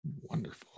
Wonderful